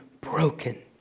broken